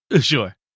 Sure